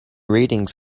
ratings